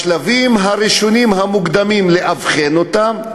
בשלבים הראשונים המוקדמים לאבחן אותם,